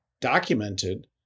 documented